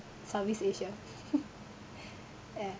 southeast asia ya